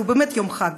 כי הוא באמת יום חג.